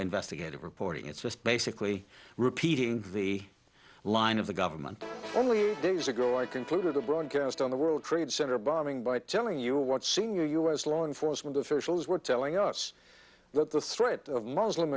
investigative reporting it's just basically repeating the line of the government only days ago i concluded a broadcast on the world trade center bombing by telling you what senior u s law enforcement officials were telling us that the threat of muslim